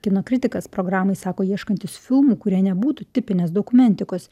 kino kritikas programai sako ieškantis filmų kurie nebūtų tipinės dokumentikos